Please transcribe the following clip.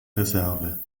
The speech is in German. reserve